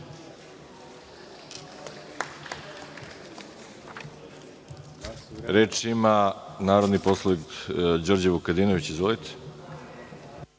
Reč ima narodni poslanik Đorđe Vukadinović. Izvolite.